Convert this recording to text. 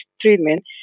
treatment